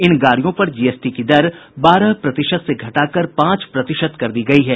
इन गाड़ियों पर जीएसटी की दर बारह प्रतिशत से घटाकर पांच प्रतिशत कर दी गयी है